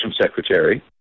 secretary